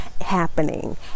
happening